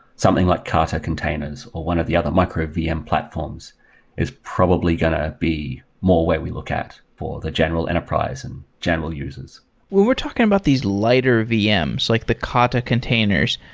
something like kata containers, or one of the other micro vm platforms is probably going to be more where we look at for the general enterprise and general users when we're talking about these lighter vms, like the kata containers,